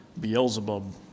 Beelzebub